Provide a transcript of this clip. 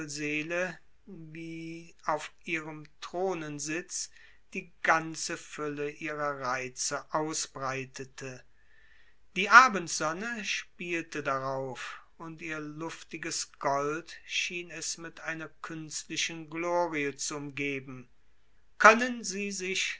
wie auf ihrem thronensitz die ganze fülle ihrer reize ausbreitete die abendsonne spielte darauf und ihr luftiges gold schien es mit einer künstlichen glorie zu umgeben können sie sich